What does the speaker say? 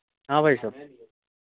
हाँ भाई साहब